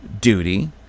duty